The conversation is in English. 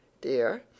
dear